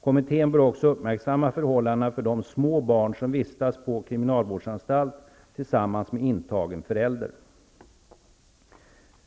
Kommittén bör också uppmärksamma förhållandena för de små barn som vistas på kriminalvårdsanstalt tillsammans med intagen förälder.